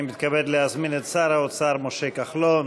אני מתכבד להזמין את שר האוצר משה כחלון